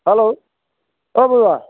hello